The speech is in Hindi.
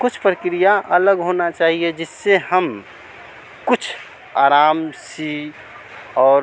कुछ प्रक्रिया अलग होना चाहिए जिससे हम कुछ आराम से और